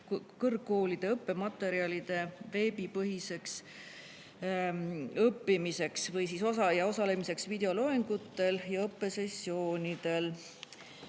kõrgkoolide õppematerjalide veebipõhiseks õppimiseks või osalemiseks videoloengutel ja õppesessioonidel.